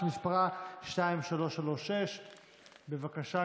שמספרה 2336. בבקשה,